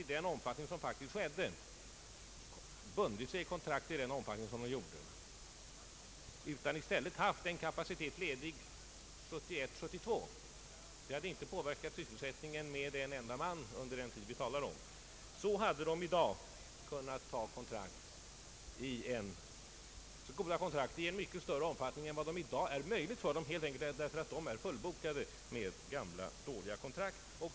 Hade varven inte bundit sig med kontrakt i den omfattning som skedde utan i stället haft en kapacitet ledig 1971/72 — det hade inte påverkat sysselsättningen för en enda man under den tid vi nu talar om — så hade de i dag kunnat ta goda kontrakt i mycket större omfattning än vad som i dag är möjligt, helt enkelt på grund av att de i dag är fullbokade med gamla, dåliga kontrakt.